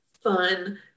fun